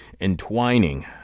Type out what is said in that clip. entwining